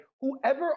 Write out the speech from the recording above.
whoever